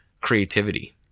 creativity